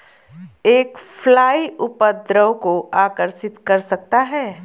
एक फ्लाई उपद्रव को आकर्षित कर सकता है?